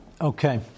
Okay